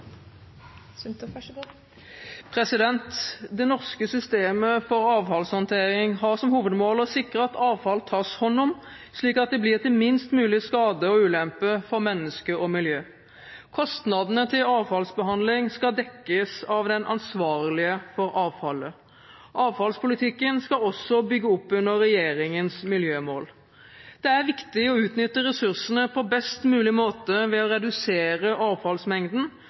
Det norske systemet for avfallshåndtering har som hovedmål å sikre at avfall tas hånd om, slik at det blir til minst mulig skade og ulempe for mennesker og miljø. Kostnadene til avfallsbehandling skal dekkes av den ansvarlige for avfallet. Avfallspolitikken skal også bygge opp under regjeringens miljømål. Det er viktig å utnytte ressursene på best mulig måte ved å redusere avfallsmengden